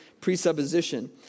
presupposition